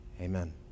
Amen